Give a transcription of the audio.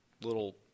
little